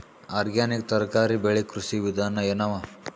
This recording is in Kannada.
ಆರ್ಗ್ಯಾನಿಕ್ ತರಕಾರಿ ಬೆಳಿ ಕೃಷಿ ವಿಧಾನ ಎನವ?